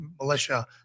militia